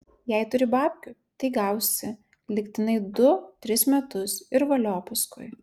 jei turi babkių tai gausi lygtinai du tris metus ir valio paskui